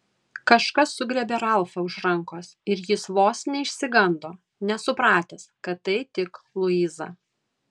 kažkas sugriebė ralfą už rankos ir jis vos neišsigando nesupratęs kad tai tik luiza